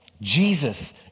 Jesus